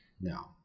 now